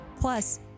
Plus